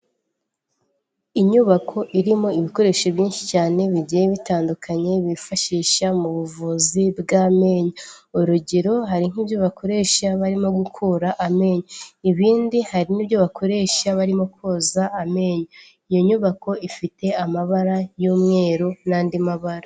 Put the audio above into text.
Inyubako irimo ibikoresho byinshi cyane bigiye bitandukanye, bifashisha mu buvuzi bw'amenyo, urugero hari nk'ibyo bakoresha barimo gukura amenyo, ibindi hari nk'ibyo bakoresha barimo koza amenyo, iyo nyubako ifite amabara y'umweru n'andi mabara.